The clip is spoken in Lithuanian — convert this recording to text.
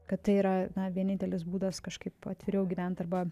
kad tai yra vienintelis būdas kažkaip atviriau gyvent arba